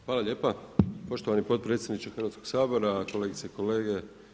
Hvala lijepa poštovani potpredsjedniče Hrvatskog Sabora, kolegice i kolege.